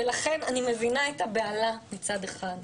ולכן אני מבינה את הבהלה מצד אחד.